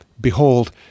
Behold